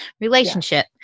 relationship